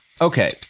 Okay